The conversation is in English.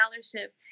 scholarship